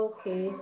Okay